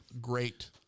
great